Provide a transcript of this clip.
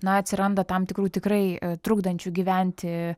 na atsiranda tam tikrų tikrai trukdančių gyventi